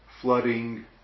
flooding